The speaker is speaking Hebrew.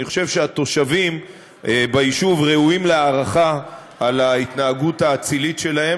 אני חושב שהתושבים ביישוב ראויים להערכה על ההתנהגות האצילית שלהם,